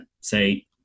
say –